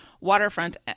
waterfront